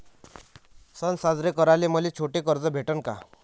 सन साजरे कराले मले छोट कर्ज भेटन का?